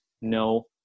no